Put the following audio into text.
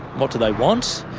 what do they want,